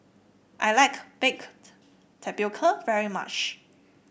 I like Baked Tapioca very much